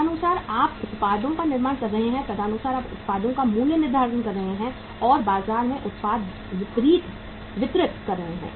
तदनुसार आप उत्पादों का निर्माण कर रहे हैं तदनुसार आप उत्पादों का मूल्य निर्धारण कर रहे हैं और बाजार में उत्पाद वितरित कर रहे हैं